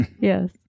yes